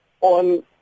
on